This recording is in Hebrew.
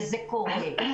וזה קורה.